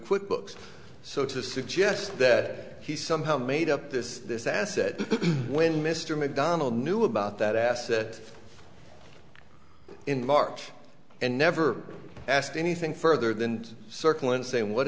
quick books so to suggest that he somehow made up this this asset when mr mcdonnell knew about that asset in march and never asked anything further than circle and saying what